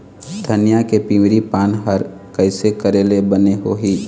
धनिया के पिवरी पान हर कइसे करेले बने होही?